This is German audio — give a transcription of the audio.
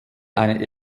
eine